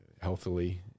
healthily